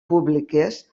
públiques